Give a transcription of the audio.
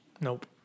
Nope